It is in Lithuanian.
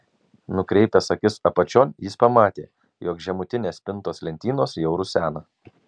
nukreipęs akis apačion jis pamatė jog žemutinės spintos lentynos jau rusena